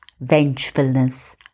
vengefulness